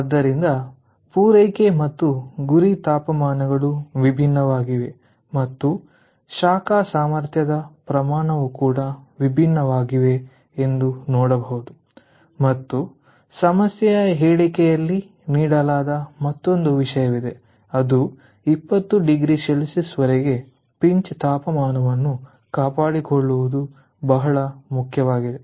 ಆದ್ದರಿಂದ ಪೂರೈಕೆ ಮತ್ತು ಗುರಿ ತಾಪಮಾನಗಳು ವಿಭಿನ್ನವಾಗಿವೆ ಮತ್ತು ಶಾಖ ಸಾಮರ್ಥ್ಯದ ಪ್ರಮಾಣವು ಕೂಡ ವಿಭಿನ್ನವಾಗಿವೆ ಎಂದು ನೋಡಬಹುದು ಮತ್ತು ಸಮಸ್ಯೆಯ ಹೇಳಿಕೆಯಲ್ಲಿ ನೀಡಲಾದ ಮತ್ತೊಂದು ವಿಷಯವಿದೆ ಅದು 20oC ವರೆಗೆ ಪಿಂಚ್ ತಾಪಮಾನವನ್ನು ಕಾಪಾಡಿಕೊಳ್ಳುವುದು ಬಹಳ ಮುಖ್ಯವಾಗಿದೆ